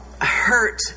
hurt